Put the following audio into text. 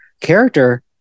character